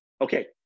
okay